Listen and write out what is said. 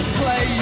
play